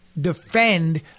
defend